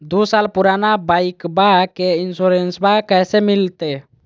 दू साल पुराना बाइकबा के इंसोरेंसबा कैसे मिलते?